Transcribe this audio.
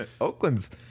Oakland's